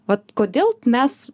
vat kodėl mes